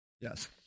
Yes